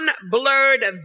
unblurred